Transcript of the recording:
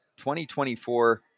2024